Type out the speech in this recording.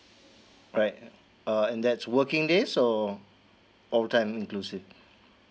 alright uh and that's working days or all time inclusive